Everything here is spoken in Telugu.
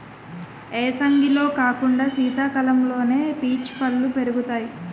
ఏసంగిలో కాకుండా సీతకాలంలోనే పీచు పల్లు పెరుగుతాయి